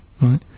Right